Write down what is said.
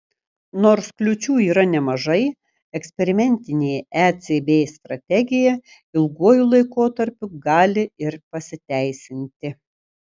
nors kliūčių yra nemažai eksperimentinė ecb strategija ilguoju laikotarpiu gali ir pasiteisinti